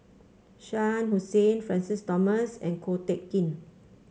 Shah Hussain Francis Thomas and Ko Teck Kin